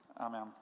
Amen